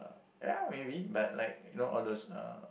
ya maybe but like you know all those uh